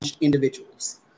individuals